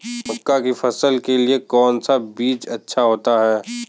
मक्का की फसल के लिए कौन सा बीज अच्छा होता है?